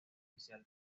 oficial